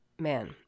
Man